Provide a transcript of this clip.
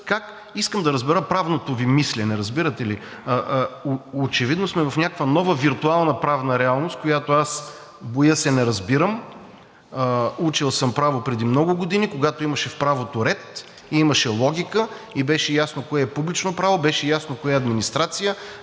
как? Искам да разбера правното Ви мислене, разбирате ли? Очевидно сме в някаква нова виртуална правна реалност, която аз, боя се, не разбирам. Учил съм право преди много години, когато имаше в правото ред, имаше логика и беше ясно кое е публично право, беше ясно кое е администрация,